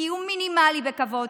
קיום מינימלי בכבוד,